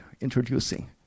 introducing